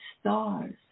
stars